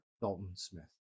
Dalton-Smith